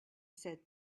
said